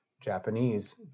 Japanese